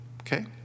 Okay